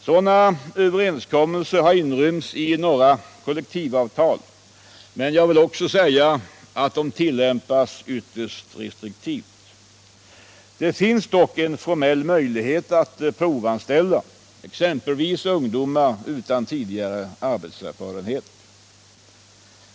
Sådana överenskommelser har inrymts i några kollektivavtal, men jag vill framhålla att de tillämpas ytterst restriktivt. Det finns en formell möjlighet att provanställa exempelvis ungdomar utan tidigare arbetserfarenhet.